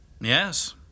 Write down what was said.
Yes